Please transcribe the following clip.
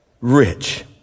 rich